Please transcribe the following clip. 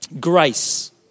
Grace